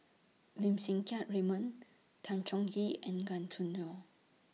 Lim Siang Keat Raymond Tan Chong Tee and Gan Choo Neo